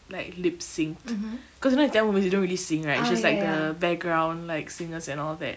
like lip-synced cause you know in tamil movies they don't really sing right which is like the background like singers and all that